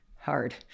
Hard